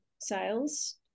sales